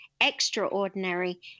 extraordinary